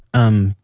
um,